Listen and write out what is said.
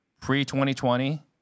pre-2020